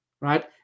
Right